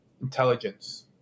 Intelligence